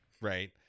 Right